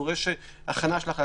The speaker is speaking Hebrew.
דורש הכנה.